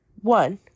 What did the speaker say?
one